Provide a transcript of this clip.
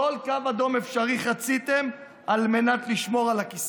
כל קו אדום אפשרי חציתם על מנת לשמור על הכיסא.